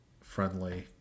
friendly